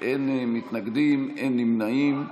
אין מתנגדים, אין נמנעים.